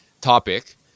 topic